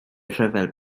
rhyfel